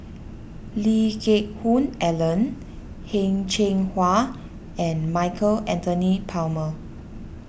Lee Geck Hoon Ellen Heng Cheng Hwa and Michael Anthony Palmer